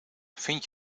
vind